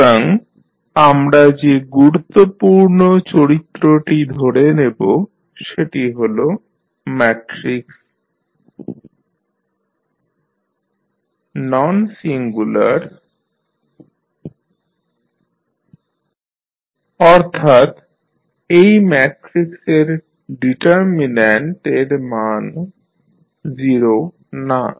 সুতরাং আমরা যে গুরুত্বপূর্ণ চরিত্রটি ধরে নেব সেটি হল ম্যাট্রিক্স sI A ননসিঙ্গুলার অর্থাৎ এই ম্যাট্রিক্সের ডিটার্মিন্যাণ্ট এর মান 0 না